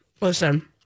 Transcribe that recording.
Listen